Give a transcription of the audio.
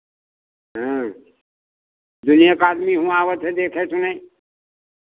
हाँ दुनियाँ का आदमी हुआँ आवत है देखै सुनै